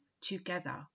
together